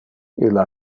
illa